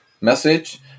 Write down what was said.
message